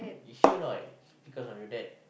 you sure not because of your dad